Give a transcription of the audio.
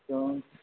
so